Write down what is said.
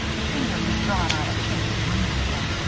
her fingers were drawn out of shape with rheumatism.